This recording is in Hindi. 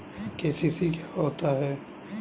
के.सी.सी क्या होता है?